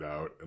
out